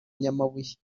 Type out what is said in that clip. nyamabuye